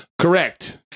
Correct